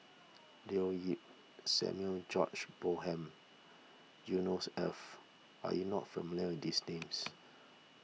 Leo Yip Samuel George Bonham Yusnors Ef are you not familiar these names